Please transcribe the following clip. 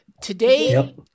today